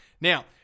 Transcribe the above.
Now